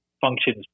functions